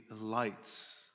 lights